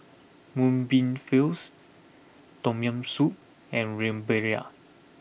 Mung Bean Fills Tom Yam Soup and Rempeyek